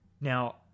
now